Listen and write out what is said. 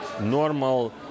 normal